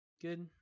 Good